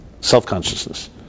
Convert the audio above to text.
Self-consciousness